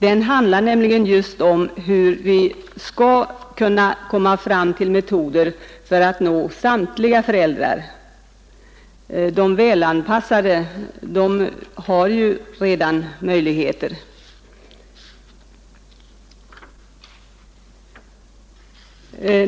Den handlar nämligen just om hur vi skall kunna komma fram till metoder för att nå samtliga föräldrar. De välanpassade har ju redan möjligheter.